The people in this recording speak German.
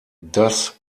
das